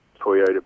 Toyota